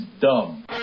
dumb